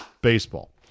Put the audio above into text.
Baseball